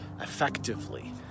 effectively